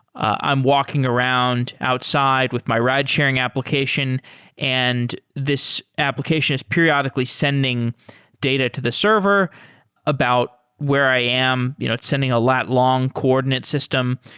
i'm walking around outside with my ridesharing application and this application is periodically sending data to the server about where i am. you know it's sending a lat-long coordinate system,